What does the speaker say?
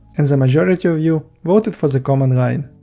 and the majority of you voted for the command line.